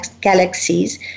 galaxies